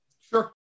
Sure